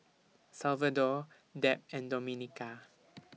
Salvador Deb and Domenica